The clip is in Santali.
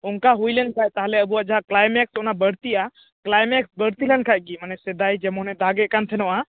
ᱚᱱᱠᱟ ᱦᱩᱭ ᱞᱮᱱ ᱠᱷᱟᱱ ᱛᱟᱦᱚᱞᱮ ᱟᱵᱚᱭᱟᱜ ᱡᱟᱦᱟᱸ ᱠᱮᱞᱟᱢᱮᱠᱥ ᱚᱱᱟ ᱵᱟᱹᱲᱛᱤᱜᱼᱟ ᱠᱮᱞᱟᱭᱢᱮᱠᱥ ᱵᱟᱹᱲᱛᱤ ᱞᱮᱱᱠᱷᱟᱱ ᱜᱮ ᱢᱟᱱᱮ ᱥᱮᱫᱟᱭ ᱡᱮᱢᱚᱱᱮ ᱫᱟᱜᱮᱫ ᱠᱟᱱ ᱛᱟᱦᱮᱱᱟ